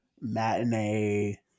matinee